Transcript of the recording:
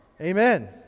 Amen